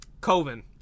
Coven